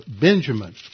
Benjamin